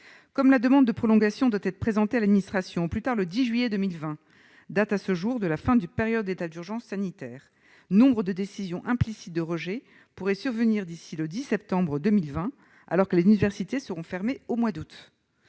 Comme la demande de prolongation doit être présentée à l'administration au plus tard le 10 juillet 2020, date à ce jour de la fin de la période d'état d'urgence sanitaire, nombre de décisions implicites de rejet pourraient survenir d'ici au 10 septembre 2020, alors que les universités seront fermées au mois d'août.